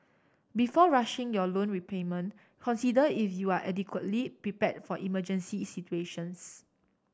before rushing your loan repayment consider if you are adequately prepared for emergency situations